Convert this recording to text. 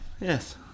Yes